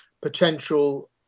potential